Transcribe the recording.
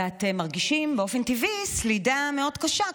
ואתם מרגישים באופן טבעי סלידה מאוד קשה,